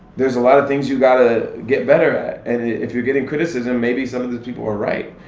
there's a lot of things you gotta get better at. and if you're getting criticism, maybe some of the people are right.